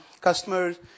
customers